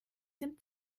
dem